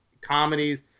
comedies